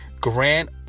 Grant